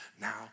now